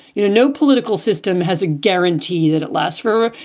you know, no political system has a guarantee that it lasts for,